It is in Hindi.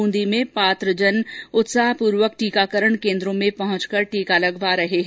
ब्रूंदी में पात्र जन उत्साहपूर्वक टीकाकरण केन्द्रो में पहुंचकर टीका लगवा रहे हैं